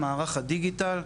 מערך הדיגיטל,